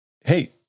Hey